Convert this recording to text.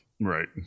Right